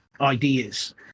ideas